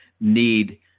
need